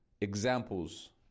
examples